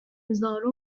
هزارم